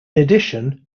addition